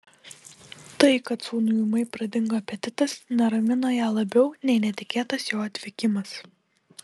tai kad sūnui ūmai pradingo apetitas neramino ją labiau nei netikėtas jo atvykimas